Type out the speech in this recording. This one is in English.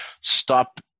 stop